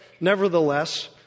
nevertheless